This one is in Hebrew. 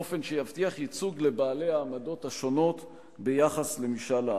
באופן שיבטיח ייצוג לבעלי העמדות השונות ביחס למשאל העם.